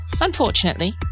Unfortunately